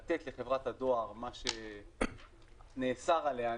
לתת לחברת הדואר מה שנאסר עליה.